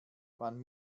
man